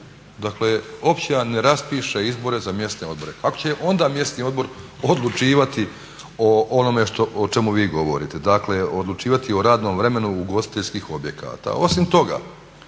Dakle općina ne raspiše izbore za mjesne odbore. Kako će onda mjesni odbor odlučivati o onome o čemu vi govorite, dakle odlučivati o radnom vremenu ugostiteljskih objekata? Osim toga,